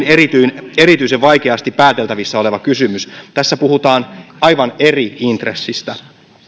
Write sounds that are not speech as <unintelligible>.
<unintelligible> erityisen erityisen vaikeasti pääteltävissä oleva kysymys tässä puhutaan aivan eri intressistä